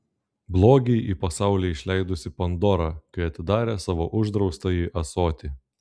blogį į pasaulį išleidusi pandora kai atidarė savo uždraustąjį ąsotį